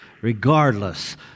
regardless